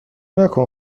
نکن